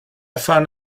found